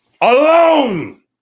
Alone